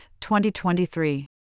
2023